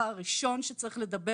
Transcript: לדבר